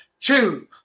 Two